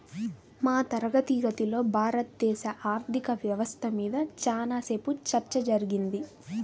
మా తరగతి గదిలో భారతదేశ ఆర్ధిక వ్యవస్థ మీద చానా సేపు చర్చ జరిగింది